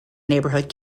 neighbourhood